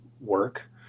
work